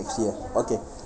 okay ah okay